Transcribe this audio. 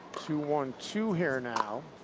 two one two here now.